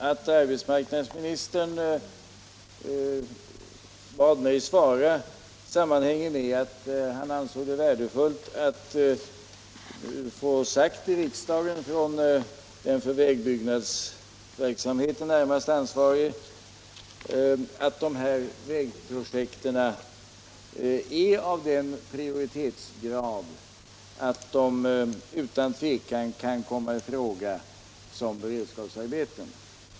Att arbetsmarknadsministern bad mig besvara frågan sammanhänger med att han ansåg det vara värdefullt att i riksdagen få ett besked framfört från den för vägbyggnadsverksamheten närmast ansvarige om att dessa vägprojekt har sådan prioriteringsgrad att man utan tvekan kan sägas att de kan komma i fråga som beredskapsarbeten.